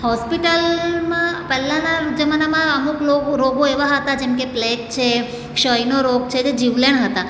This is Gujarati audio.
હોસ્પિટલમાં પહેલાંના જમાનામાં અમુક લોગો રોગો એવા હતા જેમકે પ્લેગ છે ક્ષયનો રોગ છે તે જીવલેણ હતા